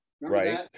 right